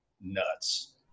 nuts